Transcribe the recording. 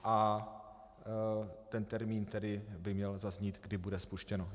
A ten termín by měl zaznít, kdy bude spuštěn.